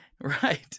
Right